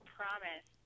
promise